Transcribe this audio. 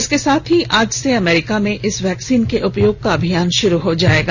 इसके साथ ही आज से अमरीका में इस वैक्सीन के उपयोग का अभियान शुरु हो जाएगा